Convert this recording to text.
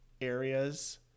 areas